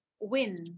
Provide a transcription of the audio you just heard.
win